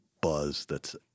buzz—that's